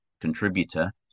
contributor